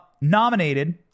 nominated